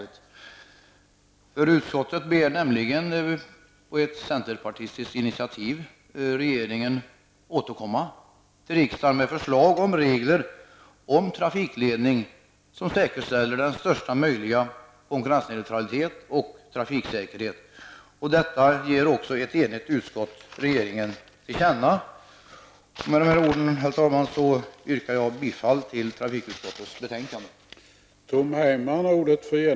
Ett enigt utskott ber nämligen, på centerpartistiskt initiativ, regeringen återkomma till riksdagen med förslag om regler om trafikledning som säkerställer största möjliga konkurrensneutralitet och trafiksäkerhet. Med de här orden, herr talman, yrkar jag bifall till trafikutskottets hemställan.